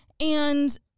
And-